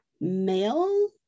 male